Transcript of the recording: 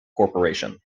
corporation